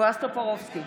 בועז טופורובסקי,